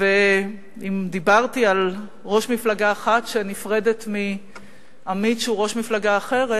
ואם דיברתי על ראש מפלגה אחת שנפרדת מעמית שהוא ראש מפלגה אחרת,